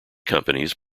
companies